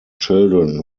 children